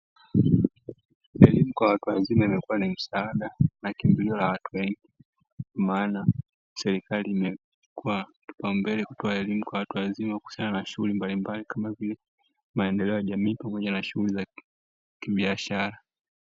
Elimu kwa watu wazima imekua ni msaada na kimbilio la watu wengi, maana serikali imekuwa kipaumbele kutoa elimu kwa watu wazima kuhusiana na shughuli mbalimbali, kama vile maendeleo ya jamii pamoja na shughuli za kibiashara.